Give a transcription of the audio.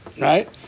right